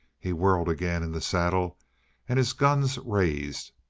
he whirled again in the saddle and his guns raised.